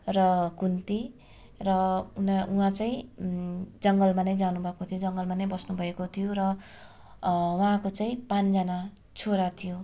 र कुन्ती र उना उहाँ चाहिँ जङ्गलमा नै जानु भएको थियो जङ्गलमा नै बस्नु भएको थियो र उहाँको चाहिँ पाँचजना छोरा थियो